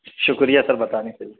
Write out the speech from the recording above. شکریہ سر بتانے کے لیے